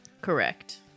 Correct